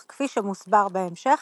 אך כפי שמוסבר בהמשך,